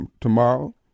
tomorrow